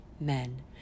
men